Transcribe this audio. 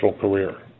career